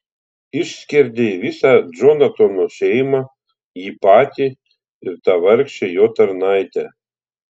išskerdei visą džonatano šeimą jį patį ir tą vargšę jo tarnaitę